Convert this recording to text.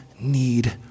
need